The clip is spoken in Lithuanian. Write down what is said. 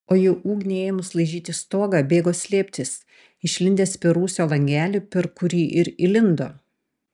o jau ugniai ėmus laižyti stogą bėgo slėptis išlindęs per rūsio langelį per kurį ir įlindo